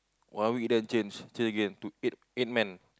one week then change change again to eight eight man